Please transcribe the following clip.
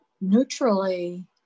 neutrally